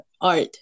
art